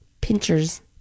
pinchers